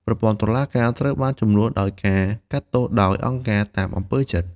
ប្រព័ន្ធតុលាការត្រូវបានជំនួសដោយការកាត់ទោសដោយ "អង្គការ" តាមអំពើចិត្ត។